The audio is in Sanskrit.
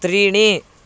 त्रीणि